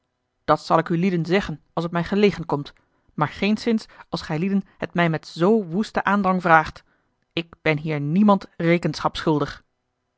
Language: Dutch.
dat zal ik ulieden zeggen als het mij gelegen komt maar geenszins als gijlieden het mij met zoo woesten aandrang vraagt ik ben hier niemand